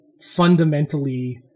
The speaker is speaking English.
fundamentally